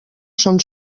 són